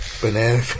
Banana